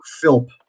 Philp